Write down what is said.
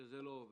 שזה לא עובד,